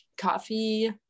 coffee